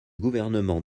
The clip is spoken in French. gouvernement